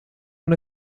una